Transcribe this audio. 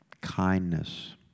kindness